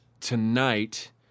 tonight